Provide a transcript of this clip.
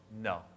No